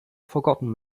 forgotten